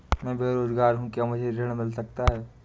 मैं बेरोजगार हूँ क्या मुझे ऋण मिल सकता है?